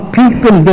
people